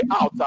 out